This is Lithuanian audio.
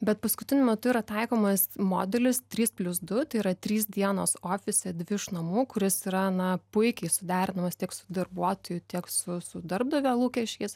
bet paskutiniu metu yra taikomas modelis trys plius du tai yra trys dienos ofise dvi iš namų kuris yra na puikiai suderinamas tiek su darbuotojų tiek su su darbdavio lūkesčiais